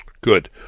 Good